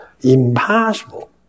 Impossible